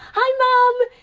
hi mum!